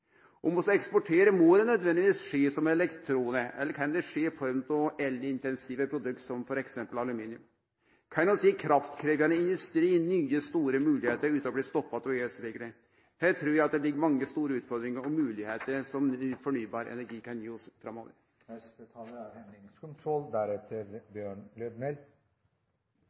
eksporterer, må det nødvendigvis skje som elektron, eller kan det skje i form av elintensive produkt som f.eks. aluminium? Kan vi gi kraftkrevjande industri nye, store moglegheiter utan å bli stoppa av EØS-reglar? Eg trur det ligg mange store utfordringar og moglegheiter i det fornybar energi kan gi oss